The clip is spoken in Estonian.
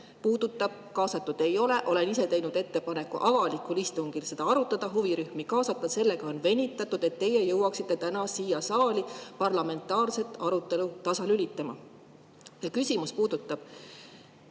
puudutab, kaasatud ei ole. Olen ise teinud ettepaneku avalikul istungil seda arutada, huvirühmi kaasata. Sellega on venitatud, et te jõuaksite täna siia saali parlamentaarset arutelu tasalülitama. Küsimus on: kas